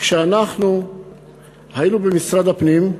וכשאנחנו היינו במשרד הפנים,